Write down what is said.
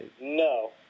No